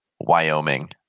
Wyoming